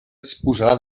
disposarà